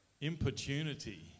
Importunity